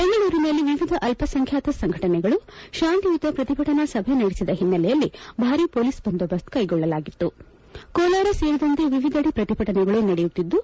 ಬೆಂಗಳೂರಿನಲ್ಲಿ ವಿವಿಧ ಅಲ್ಪಸಂಖ್ಯಾತ ಸಂಘಟನೆಗಳು ಶಾಂತಿಯುತ ಪ್ರತಿಭಟನಾ ಸಭೆ ನಡೆಸಿದ ಹಿನ್ನಲೆಯಲ್ಲಿ ಭಾರೀ ಪೋಲಿಸ್ ಬಂದೋಬಸ್ತ್ ಕೈಗೊಳ್ಳಲಾಗಿತ್ತು ಕೋಲಾರ ಸೇರಿದಂತೆ ವಿವಿಧಡೆ ಪ್ರತಿಭಟನೆಗಳು ನಡೆಯುತ್ತಿದ್ದು